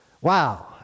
Wow